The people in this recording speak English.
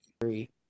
three